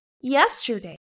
yesterday